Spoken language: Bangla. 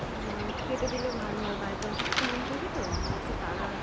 না কেটে দিলে ভালো হয় বাড়িতে অসুস্থ মানুষ আছে তো আমার একটু তাড়া আছে